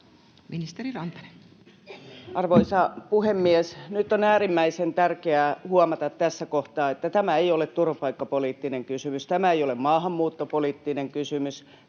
Content: Arvoisa puhemies! Nyt on äärimmäisen tärkeää huomata tässä kohtaa, että tämä ei ole turvapaikkapoliittinen kysymys, tämä ei ole maahanmuuttopoliittinen kysymys,